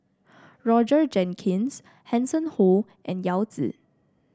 Roger Jenkins Hanson Ho and Yao Zi